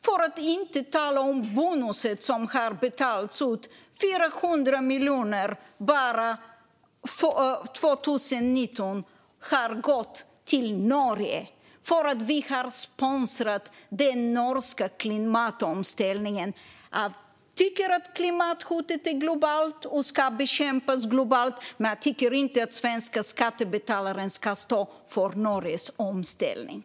För att inte tala om de bonusar som har betalats ut - 400 miljoner har bara 2019 gått till Norge för att vi har sponsrat den norska klimatomställningen. Jag tycker att klimathotet är globalt och ska bekämpas globalt, men jag tycker inte att svenska skattebetalare ska stå för Norges omställning.